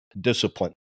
discipline